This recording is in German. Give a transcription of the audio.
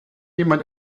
jemand